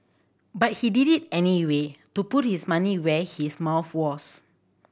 but he did it anyway to put his money where his mouth was